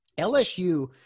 LSU